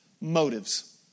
motives